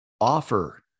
offer